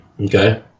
Okay